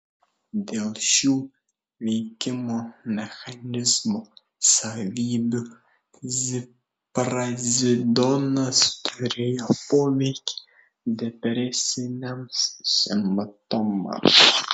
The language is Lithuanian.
dėl šių veikimo mechanizmo savybių ziprazidonas turi poveikį depresiniams simptomams